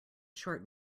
short